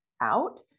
out